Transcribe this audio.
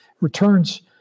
returns